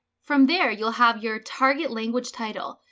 from there you'll have your target language title,